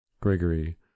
Gregory